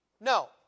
No